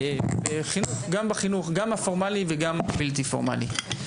גם בחינוך הפורמלי וגם הבלתי פורמלי.